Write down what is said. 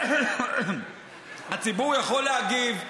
הציבור יכול להגיב,